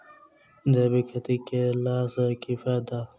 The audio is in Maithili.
जैविक खेती केला सऽ की फायदा?